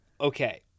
okay